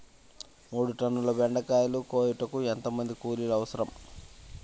మూడు టన్నుల బెండకాయలు కోయుటకు ఎంత మంది కూలీలు అవసరం?